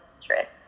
trick